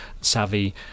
savvy